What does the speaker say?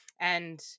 And-